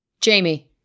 Jamie